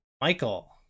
Michael